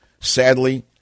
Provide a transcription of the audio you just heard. Sadly